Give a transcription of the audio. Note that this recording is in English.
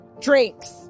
drinks